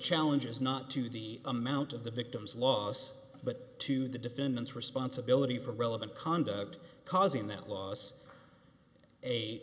challenge is not to the amount of the victim's loss but to the defendant's responsibility for relevant conduct causing that los